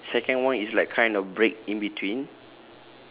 then second one is like kind of break in between